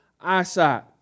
eyesight